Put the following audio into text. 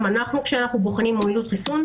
גם כשאנחנו בוחנים מועילות חיסון,